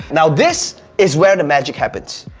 now this is where the magic happens.